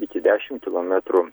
iki dešim kilometrų